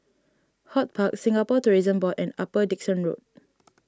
HortPark Singapore Tourism Board and Upper Dickson Road